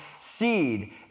seed